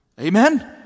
amen